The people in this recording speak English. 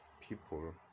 people